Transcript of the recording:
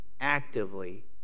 actively